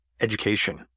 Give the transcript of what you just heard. education